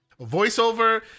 voiceover